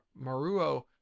Maruo